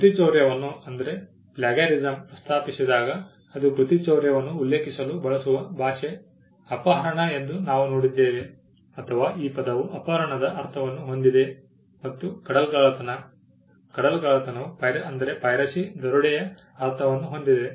ಕೃತಿಚೌರ್ಯವನ್ನು ಪ್ರಸ್ತಾಪಿಸಿದಾಗ ಅದು ಕೃತಿಚೌರ್ಯವನ್ನು ಉಲ್ಲೇಖಿಸಲು ಬಳಸುವ ಭಾಷೆ ಅಪಹರಣ ಎಂದು ನಾವು ನೋಡಿದ್ದೇವೆ ಅಥವಾ ಈ ಪದವು ಅಪಹರಣದ ಅರ್ಥವನ್ನು ಹೊಂದಿದೆ ಮತ್ತು ಕಡಲ್ಗಳ್ಳತನವು ದರೋಡೆಯ ಅರ್ಥವನ್ನು ಹೊಂದಿದೆ